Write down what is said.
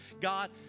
God